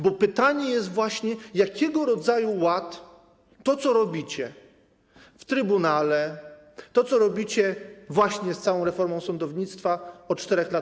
Bo pytanie jest właśnie, jakiego rodzaju ład wprowadza to, co robicie w trybunale, to, co robicie właśnie z całą reformą sądownictwa od 4 lat.